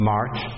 March